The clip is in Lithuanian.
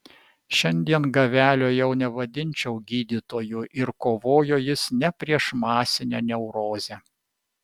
šiandien gavelio jau nevadinčiau gydytoju ir kovojo jis ne prieš masinę neurozę